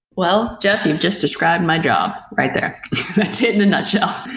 well, jeff, you've just described my job right there. that's it in a nutshell.